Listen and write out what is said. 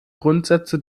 grundsätze